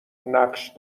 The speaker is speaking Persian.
نقش